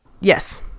Yes